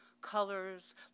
colors